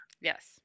Yes